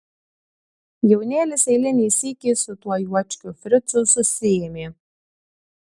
jaunėlis eilinį sykį su tuo juočkiu fricu susiėmė